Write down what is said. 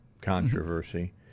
controversy